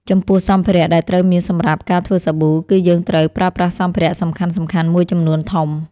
ចំពោះ សម្ភារៈដែលត្រូវមានសម្រាប់ការធ្វើសាប៊ូ គឺយើងត្រូវប្រើប្រាស់សម្ភារ:សំខាន់ៗមួយចំនួនធំ។